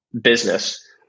business